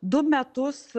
du metus